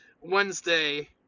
wednesday